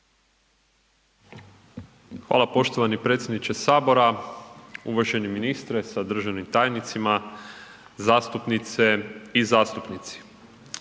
Hvala poštovani predsjedniče Sabora, uvaženi ministre sa državnim tajnicima, zastupnice i zastupnici.